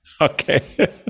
Okay